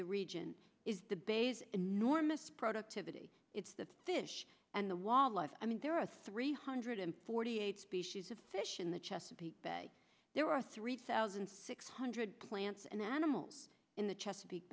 the region is the base enormous productivity it's the fish and the wildlife i mean there are three hundred and forty eight species of fish in the chesapeake bay there are three thousand six hundred plants and animals in the chesapeake